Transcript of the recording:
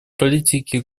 политики